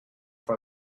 for